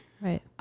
right